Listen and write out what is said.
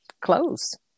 clothes